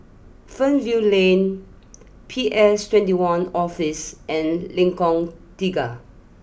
Fernvale Lane P S twenty one Office and Lengkong Tiga